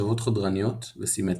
מחשבות חודרניות וסימטריה.